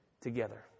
together